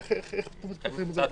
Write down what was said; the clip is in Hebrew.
אז איך אתם כותבים את הדבר הזה?